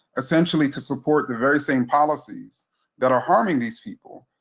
essentially to support the very same policies that are harming these people.